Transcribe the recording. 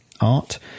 art